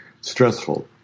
stressful